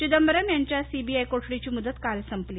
चिदंबरम यांच्या सीबीआय कोठडीची मुदत काल संपली